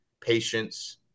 patience